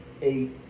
eight